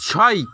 ছাই